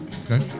okay